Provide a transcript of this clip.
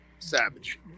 Savage